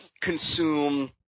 consume